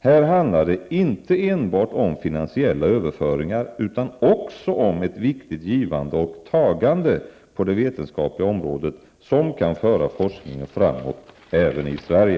Här handlar det inte enbart om finansiella överföringar utan också om ett viktigt givande och tagande på det vetenskapliga området, som kan föra forskningen framåt även i Sverige.